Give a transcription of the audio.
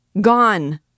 Gone